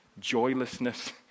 joylessness